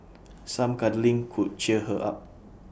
some cuddling could cheer her up